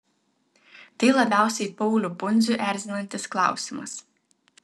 tai labiausiai paulių pundzių erzinantis klausimas